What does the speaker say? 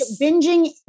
binging